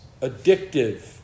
addictive